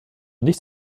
nicht